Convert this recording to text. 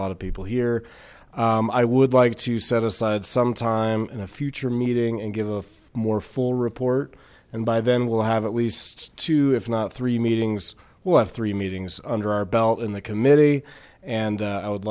lot of people here i would like to set aside some time in a future meeting and give a more full report and by then we'll have at least two if not three meetings we'll have three meetings under our belt in the committee and i would